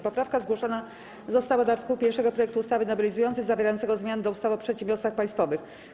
Poprawka zgłoszona została do art. 1 projektu ustawy nowelizującej zawierającego zmiany do ustawy o przedsiębiorstwach państwowych.